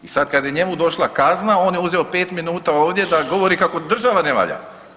I sad kad je njemu došla kazna on je uzeo 5 minuta ovdje da govori kako država ne valja.